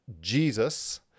Jesus